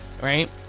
right